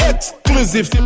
Exclusive